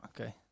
Okay